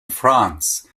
france